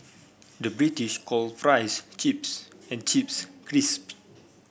the British call fries chips and chips crisps